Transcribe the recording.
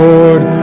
Lord